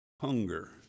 hunger